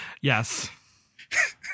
Yes